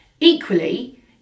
equally